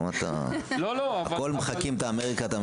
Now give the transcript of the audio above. כל הזמן מחקים את אמריקה.